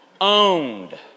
Owned